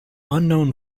unknown